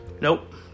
nope